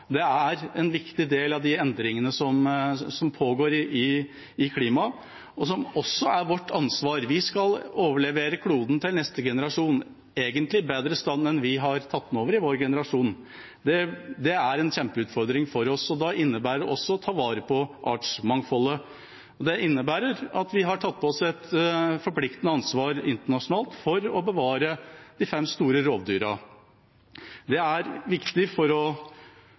Det er en viktig del av de endringene som skjer i klimaet, og som også er vårt ansvar. Vi skal overlevere kloden til neste generasjon – egentlig i bedre stand enn da vår generasjon tok den over. Det er en kjempeutfordring for oss. Det innebærer å ta vare på artsmangfoldet. Det innebærer også at vi har tatt på oss et forpliktende ansvar internasjonalt for å bevare de fem store rovdyrene. Det er viktig for